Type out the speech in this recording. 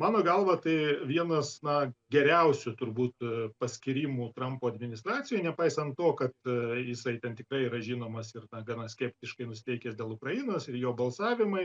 mano galva tai vienas na geriausių turbūt paskyrimų trampo administracijoj nepaisant to kad jisai ten tikrai yra žinomas ir na gana skeptiškai nusiteikęs dėl ukrainos ir jo balsavimai